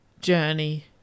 journey